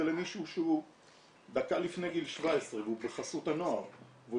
למישהו שהוא דקה לפני גיל 17 והוא כחסות הנוער והוא